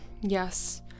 Yes